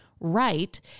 right